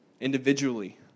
individually